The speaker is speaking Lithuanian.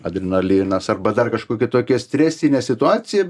adrenalinas arba dar kažkokia tokia stresinė situacija